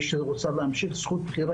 ומי שרוצה להמשיך תהיה לה את זכות הבחירה.